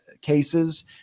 cases